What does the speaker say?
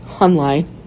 online